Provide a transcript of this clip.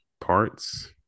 parts